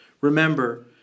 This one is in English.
Remember